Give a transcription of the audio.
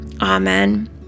Amen